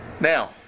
Now